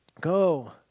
Go